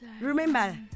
Remember